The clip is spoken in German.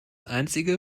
einzige